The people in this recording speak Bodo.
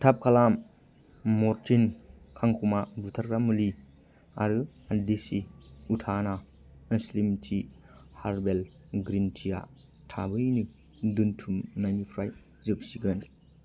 थाब खालाम म'रटिन खांख'मा बुथारग्रा मुलि आरो देसि उथाना स्लिम टि हार्बेल ग्रिन टिया थाबैनो दोनथुमनायनिफ्राय जोबसिगोन